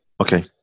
Okay